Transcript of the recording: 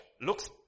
looks